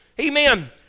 Amen